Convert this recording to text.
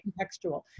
contextual